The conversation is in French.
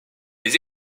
des